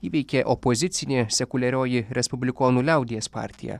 įveikė opozicinė sekuliarioji respublikonų liaudies partija